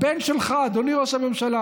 הבן שלך, אדוני ראש הממשלה,